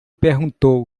perguntou